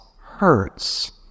hurts